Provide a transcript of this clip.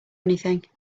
anything